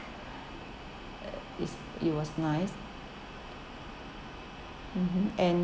uh it's it was nice mmhmm and